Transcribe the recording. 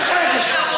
היא צודקת,